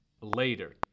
later